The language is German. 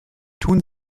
tun